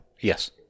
Yes